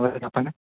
చెప్పండి